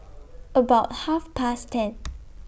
about Half Past ten